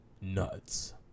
nuts